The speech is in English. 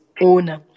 owner